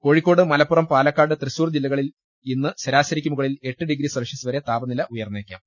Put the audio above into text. കോഴിക്കോട് മലപ്പുറം പാലക്കാട് തൃശ്ശൂർ ജില്ല കളിൽ ഇന്ന് ശരാശരിയ്ക്കുമുകളിൽ എട്ട് ഡിഗ്രി സെൽഷ്യസ് വരെ താപനില ഉയർന്നേക്കാം